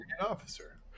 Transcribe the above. officer